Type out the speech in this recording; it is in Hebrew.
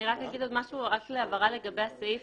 אני רק אגיד עוד משהו, הבהרה לגבי הסעיף